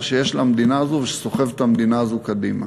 שיש למדינה הזו ושסוחב את המדינה הזו קדימה,